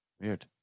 Weird